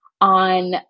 on